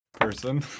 Person